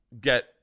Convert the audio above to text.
get